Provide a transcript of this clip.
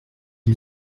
lui